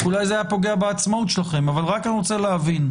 אולי זה היה פוגע בעצמאות שלכם אבל אני רק רוצה להבין.